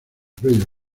bellos